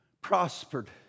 prospered